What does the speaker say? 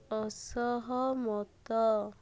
ଅସହମତ